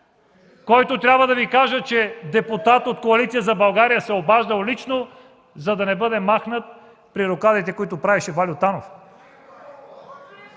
него трябва да Ви кажа, че депутат от Коалиция за България се е обаждал лично, за да не бъде махнат при рокадите, които правеше Ваньо Танов.